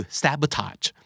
sabotage